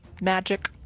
magic